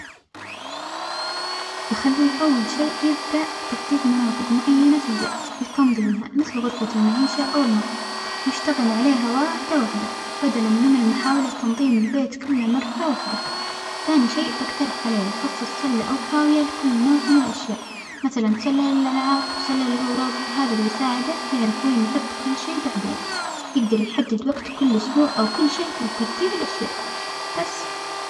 بخليه أول شئ يبدأ بتحديد مناطج معينة في البيت لتنظيمها، مثل غرفة المعيشة أو المطبخ، ويشتغل عليها واحدة واحدة ، بدلا من محاولة تنظيم البيت كله مرة واحدة، ثانى شيء بجترح عليه يخصص سله أو حاوية لكل نوع من الأشياء مثلا سلة للألعاب وسلة للأوراج وهذا بيساعده يعرف وين يحط كل شيء بعدين، يجدر يحدد وجت كل أسبوع أو كل شهر لترتيب الأشياء، بس.